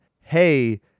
hey